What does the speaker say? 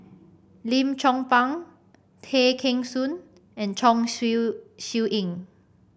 Lim Chong Pang Tay Kheng Soon and Chong Siew Ying